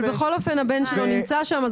אבל בכל זאת הבן שלו נמצא שם,